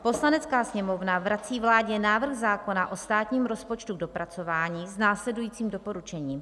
Poslanecká sněmovna vrací vládě návrh zákona o státním rozpočtu k dopracování s následujícím doporučením: